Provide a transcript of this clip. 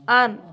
on